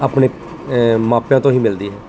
ਆਪਣੇ ਮਾਪਿਆਂ ਤੋਂ ਹੀ ਮਿਲਦੀ